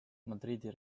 madridi